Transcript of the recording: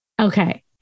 Okay